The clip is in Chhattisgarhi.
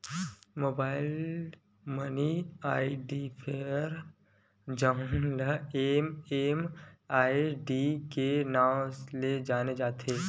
मोबाईल मनी आइडेंटिफायर जउन ल एम.एम.आई.डी के नांव ले जाने जाथे